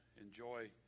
enjoy